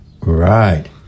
Right